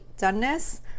doneness